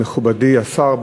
מכובדי השר,